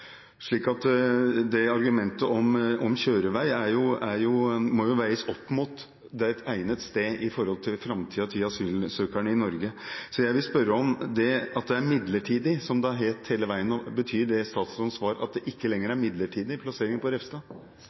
slik at argumentet om kjørevei må veies opp mot om det er et egnet sted med tanke på framtiden til asylsøkerne i Norge. Jeg vil spørre om dette med at det er midlertidig, som det har hett hele veien nå: Betyr statsrådens svar at det ikke lenger er midlertidig plassering på